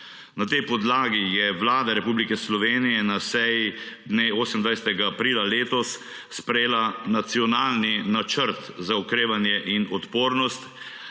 Na tej podlagi je Vlada Republike Slovenije na seji dne 28. aprila letos sprejela nacionalni Načrt za okrevanje in odpornost,